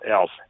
else